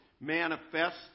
manifest